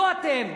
לא אתם,